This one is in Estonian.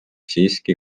siiski